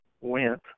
went